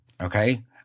Okay